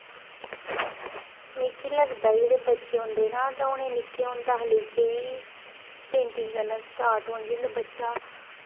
ते मिगी लगदा कि जेह्ड़े बच्चे होंदे ना उ'नें गी निक्के होंदे कशा लेइयै पेंटिंग करना स्टार्ट होन जिसलै बच्चा